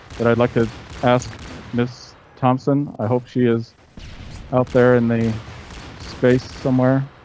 but i'd like to ask miss thompson. i hope she is out there in the space somewhere.